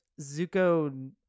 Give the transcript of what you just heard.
Zuko